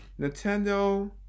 Nintendo